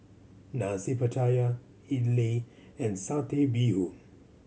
Nasi Pattaya idly and Satay Bee Hoon